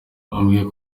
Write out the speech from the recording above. yambwiye